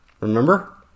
Remember